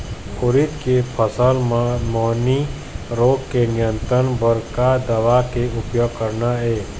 उरीद के फसल म मैनी रोग के नियंत्रण बर का दवा के उपयोग करना ये?